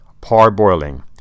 Parboiling